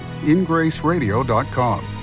ingraceradio.com